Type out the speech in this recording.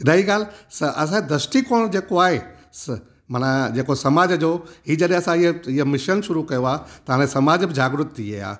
रही ॻाल्हि स असां द्रष्टीकोण जेको आहे स मना जेको सामाज जो हीअ जॾहिं असां इह इह मिशन शुरू कयो आहे तव्हांजे सामाज बि जागरूक थी विया